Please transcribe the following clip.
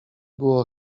było